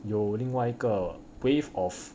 有另外一个 wave of